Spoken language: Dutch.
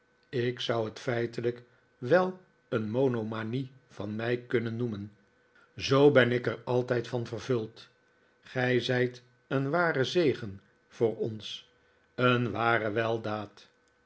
ik zou het feitelijk wel een monomanie van mij kunnen noemen zoo ben ik er altijd van vervuld gij zijt een ware zegen voor ons een ware weldaad